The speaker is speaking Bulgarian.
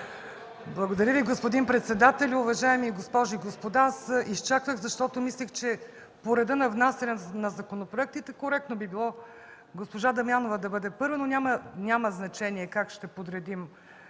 Благодаря Ви, господин председателю. Уважаеми госпожи и господа, аз изчаквах, защото мислех, че по реда на внасянето на законопроектите коректно би било госпожа Дамянова да бъде първа, но няма значение как ще подредим